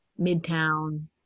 midtown